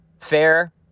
Fair